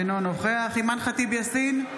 אינו נוכח אימאן ח'טיב יאסין,